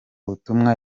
butumwa